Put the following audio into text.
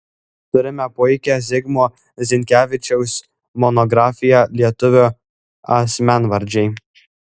turime puikią zigmo zinkevičiaus monografiją lietuvių asmenvardžiai